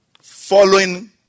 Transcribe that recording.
Following